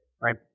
right